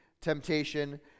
temptation